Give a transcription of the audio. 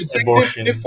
abortion